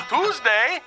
Tuesday